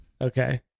Okay